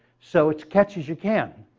so it's catch as you can.